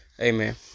Amen